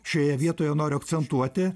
šioje vietoje noriu akcentuoti